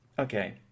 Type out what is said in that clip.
Okay